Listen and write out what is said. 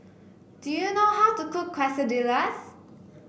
do you know how to cook Quesadillas